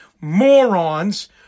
morons